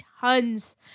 tons